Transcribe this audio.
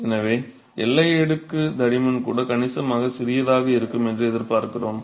எனவே எல்லை அடுக்கு தடிமன் கூட கணிசமாக சிறியதாக இருக்கும் என்று எதிர்பார்க்கிறோம்